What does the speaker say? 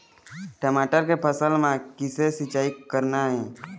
टमाटर के फसल म किसे सिचाई करना ये?